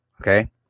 Okay